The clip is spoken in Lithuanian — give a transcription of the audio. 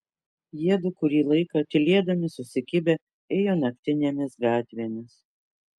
jiedu kurį laiką tylėdami susikibę ėjo naktinėmis gatvėmis